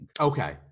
Okay